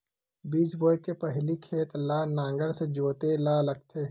बीज बोय के पहिली खेत ल नांगर से जोतेल लगथे?